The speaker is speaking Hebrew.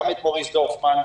גם את מוריס דורפמן.